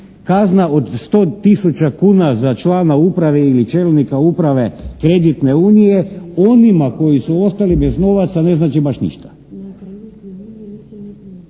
kazna od 100 tisuća kuna za člana uprave ili čelnika uprave kreditne unije onima koji su ostali bez novaca ne znači baš ništa.